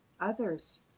others